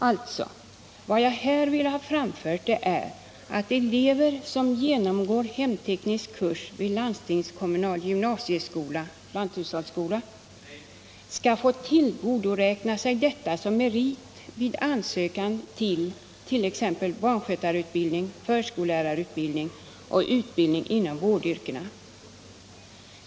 Alltså: vad jag här vill ha framfört är att de elever som genomgår hemteknisk kurs vid landstingskommunal gymnasieskola skall få tillgodoräkna sig detta som merit vid ansökan till exempelvis barnskötarutbildning, förskollärarutbildning och utbildning inom vårdyrken.